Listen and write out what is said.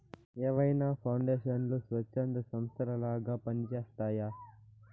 ఏవైనా పౌండేషన్లు స్వచ్ఛంద సంస్థలలాగా పని చేస్తయ్యి